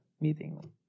meeting